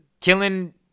Killing